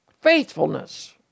Faithfulness